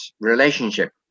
relationship